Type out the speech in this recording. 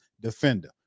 defender